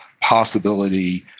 possibility